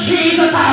Jesus